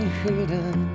hidden